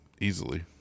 easily